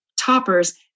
toppers